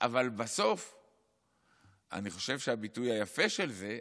אבל בסוף אני חושב שהביטוי היפה של זה,